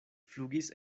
flugis